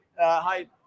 Hi